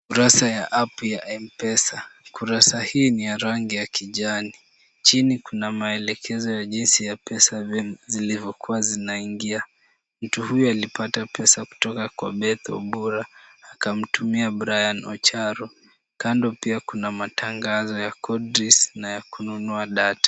Ukurasa ya app ya M-Pesa. Ukurasa hii ni ya rangi ya kijani. Chini kuna maelekezo ya jinsi ya pesa zilivyokuwa zinaingia. Mtu huyu alipata pesa kutoka kwa Beth Obura akamtumia Brian Ocharo. Kando pia kuna matangazo ya codings na ya kununua data.